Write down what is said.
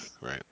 right